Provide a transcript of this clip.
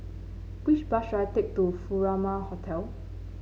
which bus should I take to Furama Hotel